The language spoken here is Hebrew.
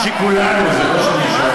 לא לא, זה זמן של כולנו, זה לא של מישהו אחר.